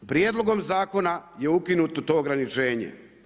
Prijedlogom zakona je ukinuto to ograničenje.